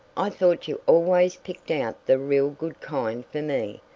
i thought you always picked out the real good kind for me,